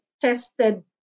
tested